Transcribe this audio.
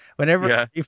Whenever